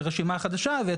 לרשימה חדשה.